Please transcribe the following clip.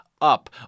up